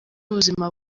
ubuzima